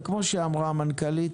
כפי שאמרה המנכ"לית,